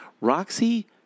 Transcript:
Roxy